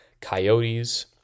Coyotes